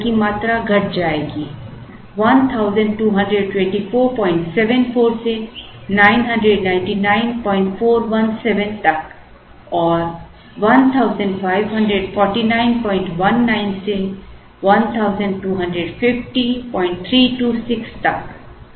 तो ऑर्डर की मात्रा घट जाएगी 122474 से 999417 तक और 154919 से 1250326 तक